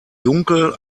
dunkel